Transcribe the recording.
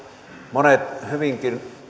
monet hyvinkin